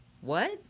What